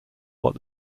what